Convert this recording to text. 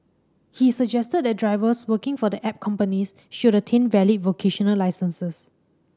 he suggested that drivers working for the app companies should attain valid vocational licences